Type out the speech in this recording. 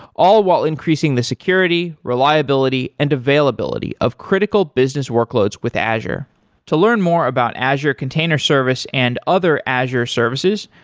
all while increasing the security, reliability and availability of critical business workloads with azure to learn more about azure container service and other azure services,